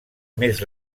més